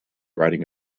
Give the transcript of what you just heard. riding